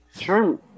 Sure